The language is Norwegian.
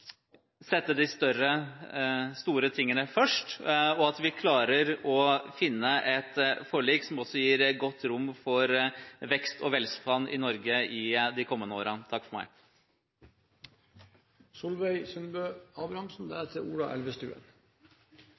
sette de store tingene først, og at vi klarer å finne et forlik som gir godt rom for vekst og velstand i Norge i de kommende årene.